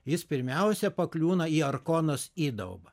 jis pirmiausia pakliūna į arkonos įdaubą